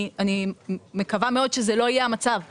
אני מקווה מאוד שזה לא יהיה המצב,